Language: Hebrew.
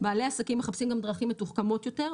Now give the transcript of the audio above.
בעלי עסקים מחפשים גם דרכים מתוחכמות יותר,